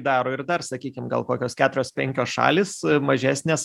daro ir dar sakykim gal kokios keturios penkios šalys mažesnės